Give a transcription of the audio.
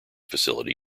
facility